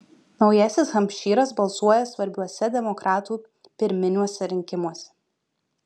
naujasis hampšyras balsuoja svarbiuose demokratų pirminiuose rinkimuose